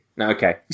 Okay